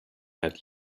had